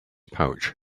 pouch